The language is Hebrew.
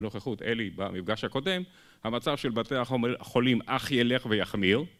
בנוכחות אלי במפגש הקודם, המצב של בתי החולים אך ילך ויחמיר.